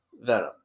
venom